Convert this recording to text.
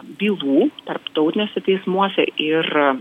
bylų tarptautiniuose teismuose ir